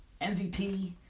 MVP